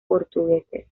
portugueses